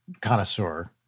connoisseur